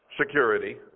security